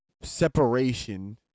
separation